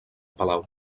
palau